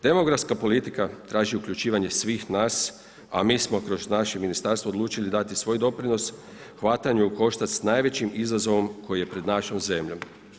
Demografska politika traži uključivanje svih nas, a mi smo kroz naše ministarstvo odlučili dati svoj doprinos hvatanju u koštac s najvećim izazovom koji je pred našom zemljom.